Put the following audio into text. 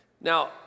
Now